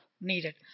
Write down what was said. needed